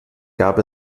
gab